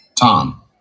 Tom